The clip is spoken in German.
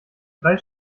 drei